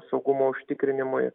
saugumo užtikrinimui